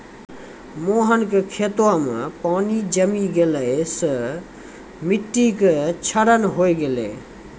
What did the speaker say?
मोहन के खेतो मॅ पानी जमी गेला सॅ मिट्टी के क्षरण होय गेलै